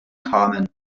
kamen